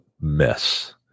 mess